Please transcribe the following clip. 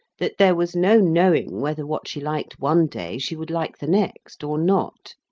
that there was no knowing whether what she liked one day she would like the next, or not.